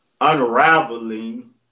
unraveling